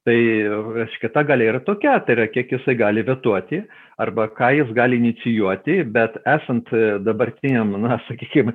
tai reiškia ta galia yra tokia yra kiek jisai gali vetuoti arba ką jis gali inicijuoti bet esant dabartiniam na sakykim